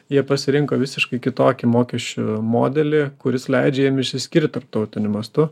jie pasirinko visiškai kitokį mokesčių modelį kuris leidžia jiem išsiskirti tarptautiniu mastu